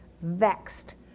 vexed